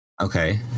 Okay